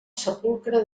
sepulcre